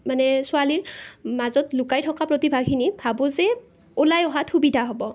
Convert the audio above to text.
মানে ছোৱালীৰ মাজত লুকাই থকা প্ৰতিভাখিনি ভাবোঁ যে ওলাই অহাত সুবিধা হ'ব